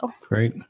great